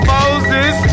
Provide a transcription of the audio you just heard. Moses